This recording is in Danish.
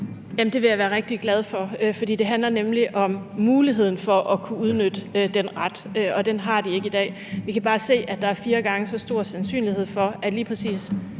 Det vil jeg være rigtig glad for. For det handler nemlig om muligheden for at kunne udnytte den ret, og den har de ikke i dag. Vi kan bare se, at der er fire gange så stor sandsynlighed for, at lige præcis